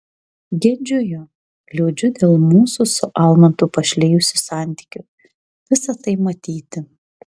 gedžiu jo liūdžiu dėl mūsų su almantu pašlijusių santykių visa tai matyti